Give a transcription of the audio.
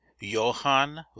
johann